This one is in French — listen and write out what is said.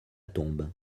tombe